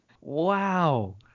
Wow